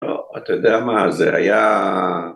אתה יודע מה, זה היה...